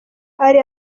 ari